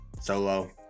Solo